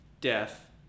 death